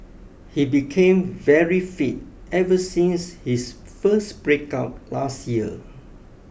he became very fit ever since his first breakup last year